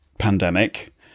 pandemic